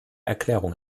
erklärung